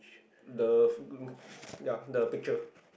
the ya the picture